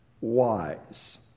wise